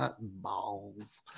balls